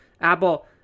Apple